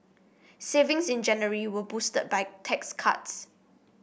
savings in January were boosted by tax cuts